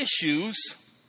issues